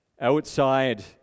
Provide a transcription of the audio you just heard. outside